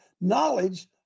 knowledge